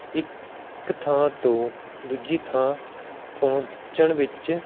ਇੱਕ ਥਾਂ ਤੋਂ ਦੂਜੀ ਥਾਂ ਪਹੁੰਚਣ ਵਿੱਚ